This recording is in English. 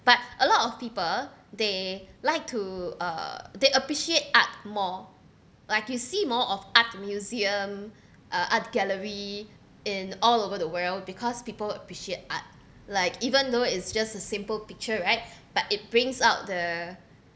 but a lot of people they like to uh they appreciate art more like you see more of art museum uh art gallery in all over the world because people appreciate art like even though it's just a simple picture right but it brings out the